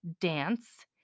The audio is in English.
dance